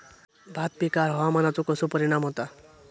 भात पिकांर हवामानाचो कसो परिणाम होता?